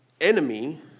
Enemy